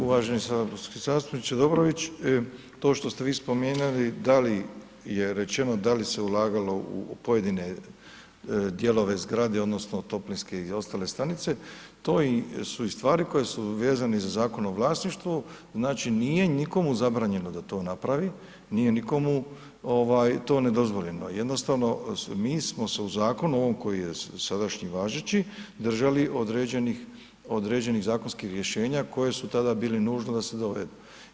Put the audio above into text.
Uvaženi saborski zastupniče Dobrović, to što ste vi spominjali da li je rečeno da li se ulagalo u pojedine dijelove zgrade odnosno u toplinske i ostale stanice, to su i stvari koje su vezane i za Zakon o vlasništvu, znači nije nikome zabranjeno da to napravi, nije nikomu to nedozvoljeno, jednostavno mi smo se u zakonu, ovom koji sadašnji važeći, držali određenih zakonskih rješenja koje su tada bili nužno da se dovedu.